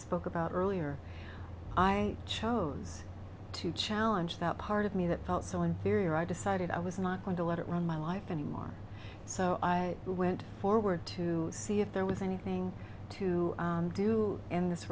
spoke about earlier i chose to challenge that part of me that felt so inferior i decided i was not going to let it run my life anymore so i went forward to see if there was anything to do in this